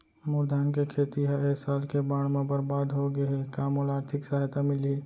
मोर धान के खेती ह ए साल के बाढ़ म बरबाद हो गे हे का मोला आर्थिक सहायता मिलही?